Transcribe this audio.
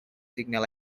signal